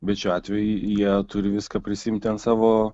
bet šiuo atveju jie turi viską prisiimti ant savo